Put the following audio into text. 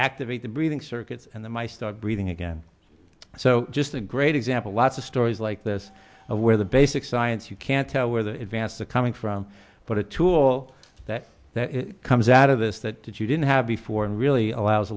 activated breathing circuits and then i start breathing again so just a great example lots of stories like this where the basic science you can't tell where the advance the coming from but a tool that comes out of this that that you didn't have before and really allows